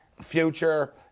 future